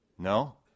No